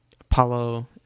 Apollo